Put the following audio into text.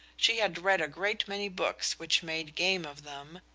she had read a great many books which made game of them,